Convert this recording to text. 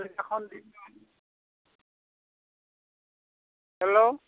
list এখন দিম hello